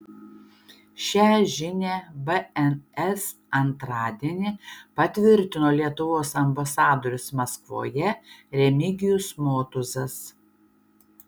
šią žinią bns antradienį patvirtino lietuvos ambasadorius maskvoje remigijus motuzas